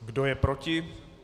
Kdo je proti?